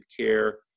care